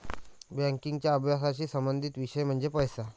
बँकिंगच्या अभ्यासाशी संबंधित विषय म्हणजे पैसा